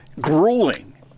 grueling